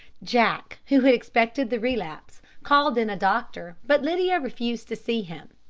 jack, who had expected the relapse, called in a doctor, but lydia refused to see him.